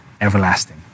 everlasting